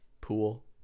pool